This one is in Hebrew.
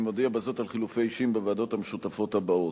אני מודיע בזאת על חילופי אישים בוועדות המשותפות האלה: